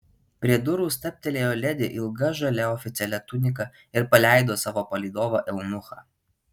prie durų stabtelėjo ledi ilga žalia oficialia tunika ir paleido savo palydovą eunuchą